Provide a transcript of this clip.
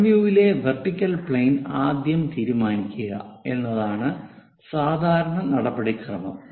front വ്യൂയിലെ vertical plane ആദ്യം തീരുമാനിക്കുക എന്നതാണ് സാധാരണ നടപടിക്രമം